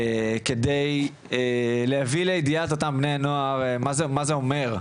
כדי להביא לידיעת אותם בני הנוער מה זה אומר,